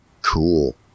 Cool